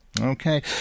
Okay